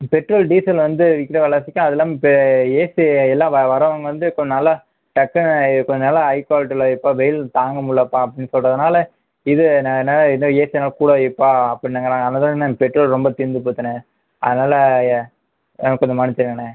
petrol diesel வந்து விற்கற விலைவாசிக்கி அதெலாம் இப்போ ஏசி எல்லாம் வ வரவங்கள் எல்லாம் இப்போ நல்லா டக்குனு இப்போ நல்லா ஹை குவாலிட்டியில் வைப்பா வெயில் தாங்க முடியலைப்பா அப்படினு சொல்கிறதுனால இது ஏசியை நல்லா கூலாக வைப்பா அப்படிங்குறாங்க அதனால் தாண்ணே பெட்ரோல் ரொம்ப தீர்ந்து போச்சுண்ணே அதனால் கொஞ்சோம் மன்னிச்சிருங்கண்ணே